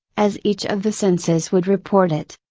as each of the senses would report it.